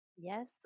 Yes